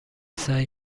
سعی